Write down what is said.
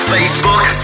Facebook